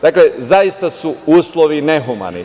Dakle, zaista su uslovi nehumani.